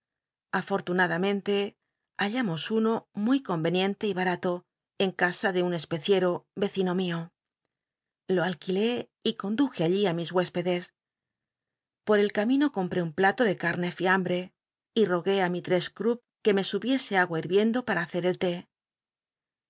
afortunadamente hallamos uno muy comenicnlc y b mllo en casa de un cspccico i'ccino mio lo alquilé y conduje allí i mis huéspedes por el camino compré un plato de came flambi c y rogué á mistrcss cru l que me subiese agua hit icndo pam hace el